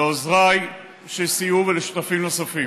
לעוזריי שסייעו ולשותפים נוספים.